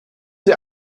sie